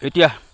এতিয়া